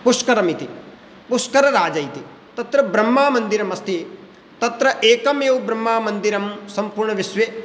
पुष्करमिति पुष्करराजः इति तत्र ब्रह्ममन्दिरमस्ति तत्र एकमेव ब्रह्ममन्दिरं सम्पूर्णविश्वे